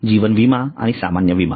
जीवन विमा आणि सामान्य विमा